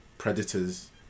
predators